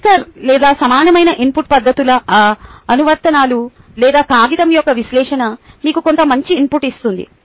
clicker లేదా సమానమైన input పద్ధతుల అనువర్తనాలు లేదా కాగితం యొక్క విశ్లేషణ మీకు కొంత మంచి ఇన్పుట్ ఇస్తుంది